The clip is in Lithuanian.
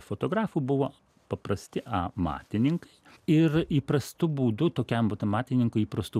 fotografų buvo paprasti amatininkai ir įprastu būdu tokiam vat amatininkui įprastu